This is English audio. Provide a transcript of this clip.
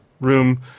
room